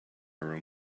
room